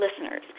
listeners